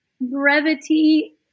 brevity